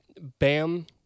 Bam